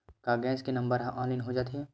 का गैस के नंबर ह ऑनलाइन हो जाथे?